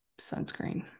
sunscreen